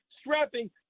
strapping